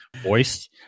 voice